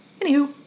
Anywho